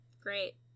Great